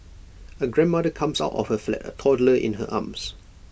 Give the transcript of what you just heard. A grandmother comes out of her flat A toddler in her arms